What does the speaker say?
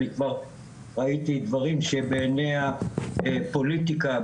אני כבר ראיתי דברים שבעיני הפוליטיקה,